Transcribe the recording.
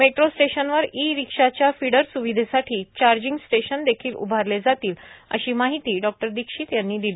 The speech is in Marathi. मेट्रो स्टेशनवर ई रिक्शाच्या फीडर सुविधेसाठी चार्जिंग स्टेशनोखील उभारले जातीलए अशी माहिती शीक्षित यांनी शिली